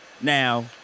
now